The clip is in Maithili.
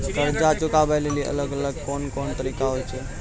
कर्जा चुकाबै लेली अलग अलग कोन कोन तरिका होय छै?